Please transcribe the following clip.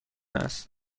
است